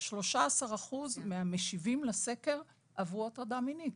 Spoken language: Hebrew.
שלושה עשר אחוז מהמשיבים לסקר עברו הטרדה מינית,